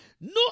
No